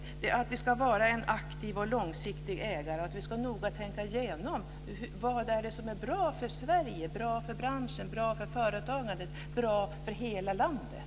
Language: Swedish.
Jag vill att vi ska vara en aktiv och långsiktig ägare och noga tänka igenom vad som är bra för Sverige, för branschen, för företagandet och för hela landet.